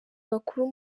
bakuru